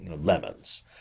Lemons